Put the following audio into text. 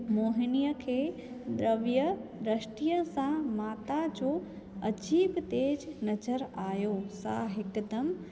मोहिनीअ खे द्रव्य दृष्टिअ सां माता जो अजीबु तेज़ नजर आयो सां हिकदमि